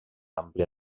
àmplia